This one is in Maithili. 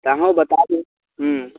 तऽ अहूँ बताबू हूँ